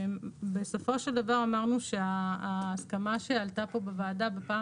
בסופו של דבר אמרנו שההסכמה שעלתה פה בוועדה בפעם